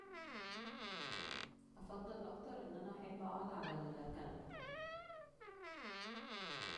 افضل اكتر أن أنا أحب اقعد على الكنب